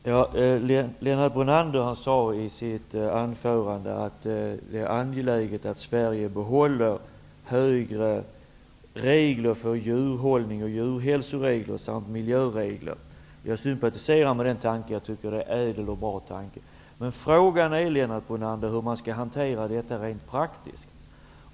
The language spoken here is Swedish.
Herr talman! Lennart Brunander sade i sitt huvudanförande att det är angeläget att Sverige behåller strängare regler för djurhållning och djurhälsa samt miljöregler. Jag sympatiserar med den tanken. Jag tror att det är en ädel och bra tanke. Men frågan är, Lennart Brunander, hur man skall hantera detta rent praktiskt.